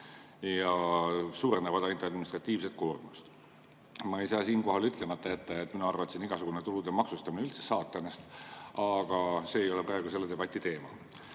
ja suurendavad ainult administratiivset koormust. Ma ei saa siinkohal ütlemata jätta, et minu arvates on igasugune tulude maksustamine üldse saatanast, aga see ei ole praegu selle debati teema. Aga